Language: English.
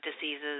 diseases